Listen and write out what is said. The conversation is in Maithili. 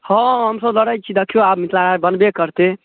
हाँ हमसब लड़ै छी देखिऔ आब मिथिलाराज बनबे करतै